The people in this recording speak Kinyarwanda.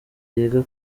yiga